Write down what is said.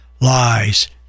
lies